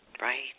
Right